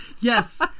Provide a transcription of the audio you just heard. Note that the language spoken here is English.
Yes